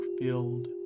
filled